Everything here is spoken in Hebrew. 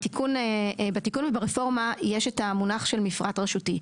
בתיקון וברפורמה יש את המונח "מפרט רשותי".